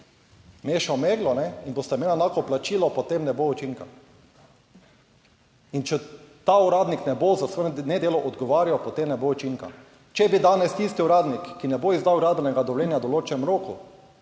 mešal meglo, in bosta imela enako plačilo, potem ne bo učinka. In če ta uradnik ne bo za svoje nedelo odgovarjal, potem ne bo učinka. Če bi danes tisti uradnik, ki ne bo izdal gradbenega dovoljenje v določenem roku